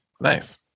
nice